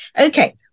Okay